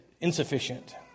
insufficient